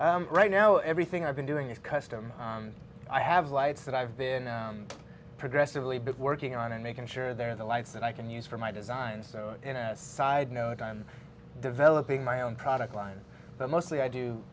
right now everything i've been doing is custom i have lights that i've been progressively been working on and making sure they're the lights and i can use for my designs in a side note on developing my own product line but mostly i do